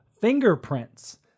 fingerprints